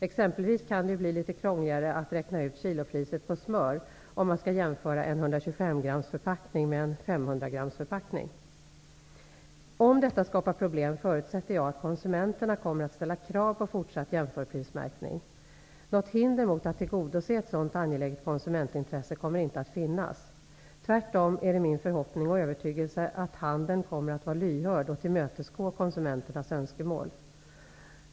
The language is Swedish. Exempelvis kan det bli litet krångligare att räkna ut kilopriset på smör om man skall jämföra en 125 Om detta skapar problem förutsätter jag att konsumenterna kommer att ställa krav på fortsatt jämförprismärkning. Något hinder mot att tillgodose ett sådant angeläget konsumentintresse kommer inte att finnas. Tvärtom är det min förhoppning och övertygelse att handeln kommer att vara lyhörd och tillmötesgå konsumenternas önskemål.